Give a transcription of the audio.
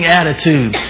attitude